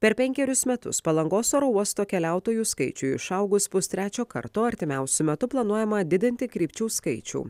per penkerius metus palangos oro uosto keliautojų skaičiui išaugus pustrečio karto artimiausiu metu planuojama didinti krypčių skaičių